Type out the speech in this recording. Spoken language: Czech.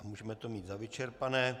Můžeme to mít za vyčerpané.